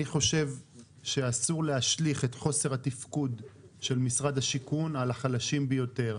אני חושב שאסור להשליך את חוסר התפקוד של משרד השיכון על החלשים ביותר,